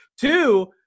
Two